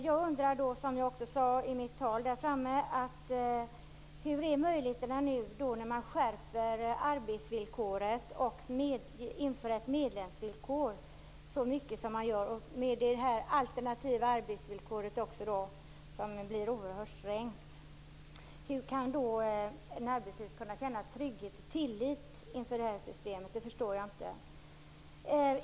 Jag undrar, som jag också sade i mitt tal, hur möjligheterna är nu när man skärper arbetsvillkoret och inför ett medlemsvillkor. Det alternativa arbetsvillkoret blir ju också oerhört strängt. Hur skall då en arbetslös kunna känna trygghet och tillit inför systemet? Det förstår jag inte.